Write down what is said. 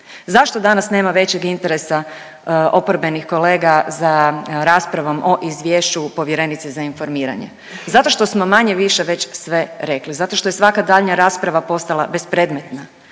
Zašto danas nema većeg interesa oporbenih kolega za raspravom o izvješću povjerenice za informiranje. Zato što smo manje-više već sve rekli, zato što je svaka daljnja rasprava postala bespredmetna.